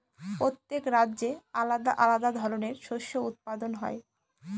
প্রত্যেক রাজ্যে আলাদা আলাদা ধরনের শস্য উৎপাদন হয়